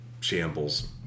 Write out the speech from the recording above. shambles